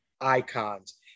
icons